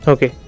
Okay